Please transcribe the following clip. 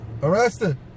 Arrested